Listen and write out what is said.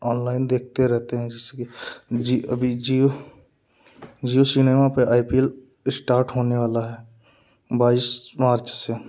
online देखते रहते हैं जी अभी जिओ जो सिनेमा पर आई पी एल स्टार्ट होने वाला है बाईस मार्च से